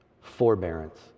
forbearance